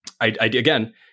Again